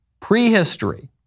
prehistory